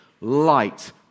light